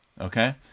Okay